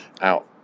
out